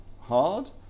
hard